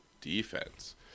defense